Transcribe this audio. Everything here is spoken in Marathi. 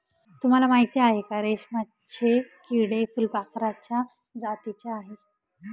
तुम्हाला माहिती आहे का? रेशमाचे किडे फुलपाखराच्या जातीचे आहेत